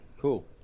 cool